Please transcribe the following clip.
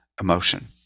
emotion